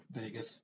Vegas